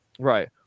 Right